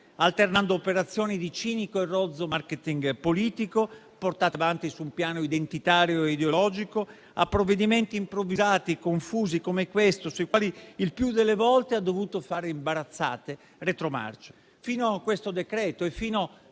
alternando operazioni di cinico e rozzo *marketing* politico, portate avanti su un piano identitario e ideologico, a provvedimenti improvvisati e confusi come questo; provvedimenti sui quali il più delle volte ha dovuto fare imbarazzate retromarce, fino al presente decreto-legge e